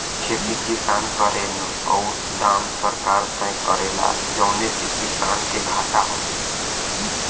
खेती किसान करेन औरु दाम सरकार तय करेला जौने से किसान के घाटा होला